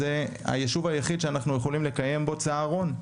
זה היישוב היחיד שאנחנו יכולים לקיים בו צהרון.